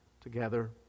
together